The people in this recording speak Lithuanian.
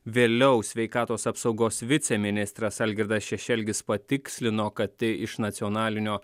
vėliau sveikatos apsaugos viceministras algirdas šešelgis patikslino kad iš nacionalinio